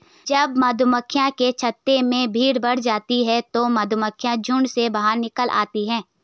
जब मधुमक्खियों के छत्ते में भीड़ बढ़ जाती है तो मधुमक्खियां झुंड में बाहर निकल आती हैं